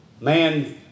Man